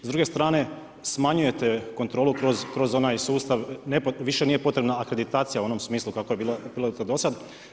S druge strane, smanjujete kontrolu kroz onaj sustav, više nije potrebna akreditacija u onom smislu kako je to bilo do sada.